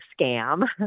scam